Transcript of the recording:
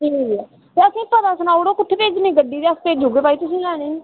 ठीक ऐ ते असें ई पता सनाई ओड़ो कु'त्थै भेजनी गड्डी ते अस भेज्जी ओड़गे भाई तुसें ई लैने ई